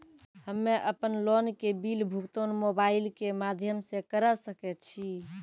हम्मे अपन लोन के बिल भुगतान मोबाइल के माध्यम से करऽ सके छी?